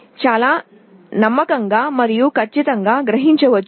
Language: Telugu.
చాలా నమ్మకంగా మరియు ఖచ్చితంగా గ్రహించవచ్చు